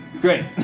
Great